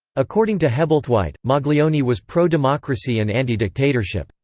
according to hebblethwaite, maglione was pro-democracy and anti-dictatorship,